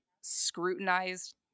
scrutinized